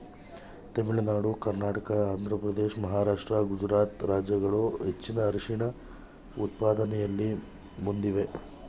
ತಮಿಳುನಾಡು ಕರ್ನಾಟಕ ಆಂಧ್ರಪ್ರದೇಶ ಮಹಾರಾಷ್ಟ್ರ ಗುಜರಾತ್ ರಾಜ್ಯಗಳು ಹೆಚ್ಚಿನ ಅರಿಶಿಣ ಉತ್ಪಾದನೆಯಲ್ಲಿ ಮುಂದಿವೆ